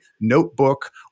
notebook